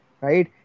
right